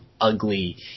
ugly